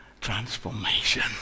transformation